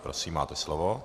Prosím, máte slovo.